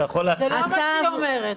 זה לא מה שהיא אומרת.